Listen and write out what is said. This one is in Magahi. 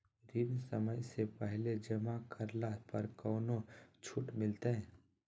ऋण समय से पहले जमा करला पर कौनो छुट मिलतैय?